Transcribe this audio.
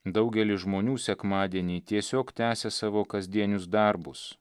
daugelis žmonių sekmadienį tiesiog tęsia savo kasdienius darbus